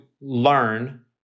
learn